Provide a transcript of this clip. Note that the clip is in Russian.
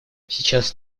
сейчас